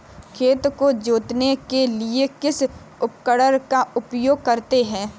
खेत को जोतने के लिए किस उपकरण का उपयोग करते हैं?